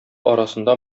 арасында